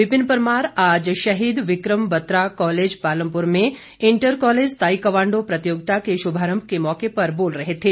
विपिन परमार आज शहीद विक्रम बत्तरा कॉलेज पालमपुर में इंटर कॉलेज ताईक्वांडो प्रतियोगिता के शुभारंभ के मौके पर बोल रहे थे